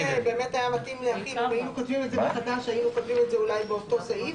זה באמת היה מתאים להחיל 40%. היינו כותבים את זה אולי באותו סעיף.